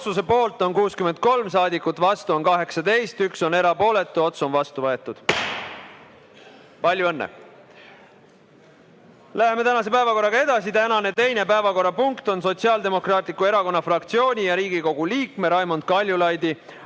Otsuse poolt on 63 saadikut, vastu on 18, üks on erapooletu. Otsus on vastu võetud. Palju õnne! Läheme tänase päevakorraga edasi. Tänane teine päevakorrapunkt on Sotsiaaldemokraatliku Erakonna fraktsiooni ja Riigikogu liikme Raimond Kaljulaidi